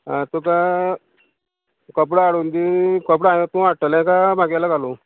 आं तुका कपडो हाडून दी कपडो हांव तूं हाडटले काय म्हागेलो घालूं